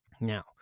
Now